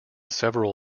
several